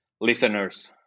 listeners